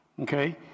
Okay